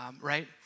right